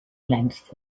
length